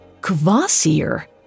Kvasir